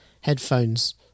headphones